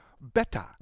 better